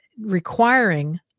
requiring